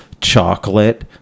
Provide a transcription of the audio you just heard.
chocolate